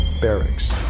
barracks